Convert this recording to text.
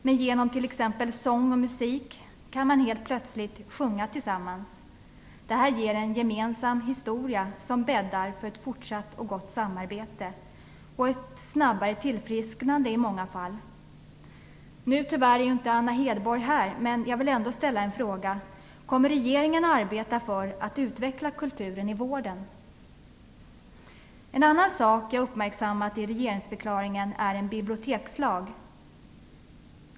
Men genom t.ex. sång och musik kan man helt plötsligt sjunga tillsammans. Detta ger en gemensam historia som bäddar för ett fortsatt gott samarbete och ett snabbare tillfrisknande i många fall. Nu är ju tyvärr inte Anna Hedborg här, men jag vill ändå ställa en fråga. Kommer regeringen att arbeta för att utveckla kulturen i vården? En annan sak som jag uppmärksammat i regeringsförklaringen är förslaget om en bibliotekslag.